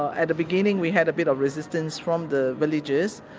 at the beginning we had a bit of resistance from the villagers,